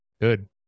Good